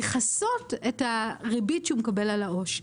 מכסות את הריבית שהוא מקבל על העו"ש.